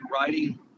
writing